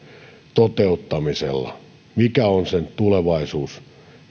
toteuttamisella mikä on se tulevaisuus